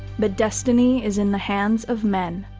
but destiny is in the hands of men.